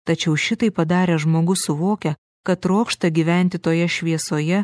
tačiau šitai padaręs žmogus suvokia kad trokšta gyventi toje šviesoje